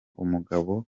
umugabo